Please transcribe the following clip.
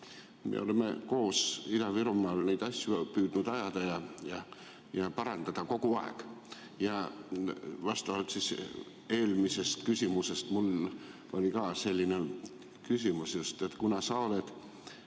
Me oleme koos Ida-Virumaal neid asju püüdnud ajada ja parandada kogu aeg. Ja vastavalt eelmisele küsimusele oli mul ka selline küsimus. Kuna sa oled